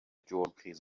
جرمخیز